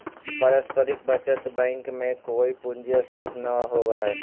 पारस्परिक बचत बैंक में कोई पूंजी स्टॉक न होवऽ हई